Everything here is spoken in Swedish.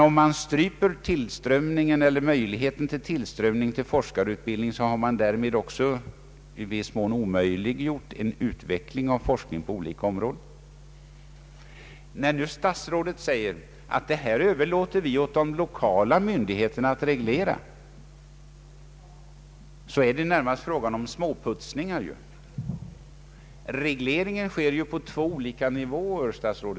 Om man stryper tillströmningen till forskarutbildning har man därmed också i viss mån omöjliggjort en utveckling av forskningen på olika områden. Statsrådet säger att vi överlåter på de lokala myndigheterna att reglera detta, men det är ju närmast fråga om småputsningar. Regleringen sker på två olika nivåer, herr statsråd.